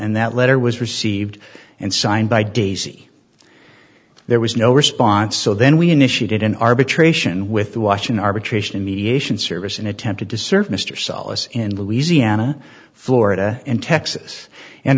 and that letter was received and signed by daisy there was no response so then we initiated an arbitration with the washing arbitration mediation service and attempted to serve mr solace in louisiana florida and texas and